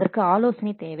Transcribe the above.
அதற்கு ஆலோசனை தேவை